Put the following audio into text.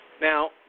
Now